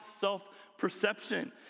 self-perception